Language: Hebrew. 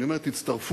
אני אומר: תצטרפו.